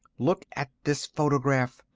look at this photograph.